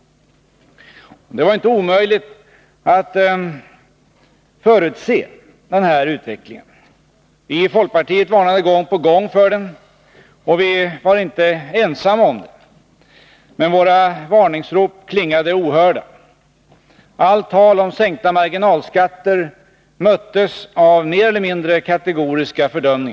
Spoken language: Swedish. Det var inte omöjligt att förutse den här utvecklingen. Vi i folkpartiet varnade gång på gång för den, och vi var inte ensamma om det. Men våra varningsrop förklingade ohörda. Allt tal om sänkta marginalskatter möttes av mer eller mindre kategoriska fördömanden.